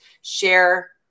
share